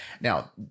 Now